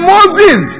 Moses